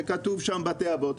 כשכתוב בתי אבות,